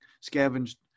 scavenged